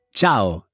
Ciao